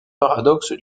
paradoxe